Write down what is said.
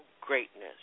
greatness